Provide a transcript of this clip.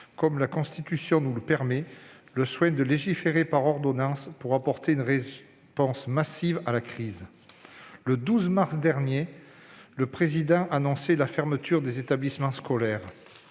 comme la Constitution nous le permet, le soin de légiférer par ordonnances pour apporter une réponse massive à la crise. Le 12 mars dernier, le Président de la République annonçait la fermeture des établissements scolaires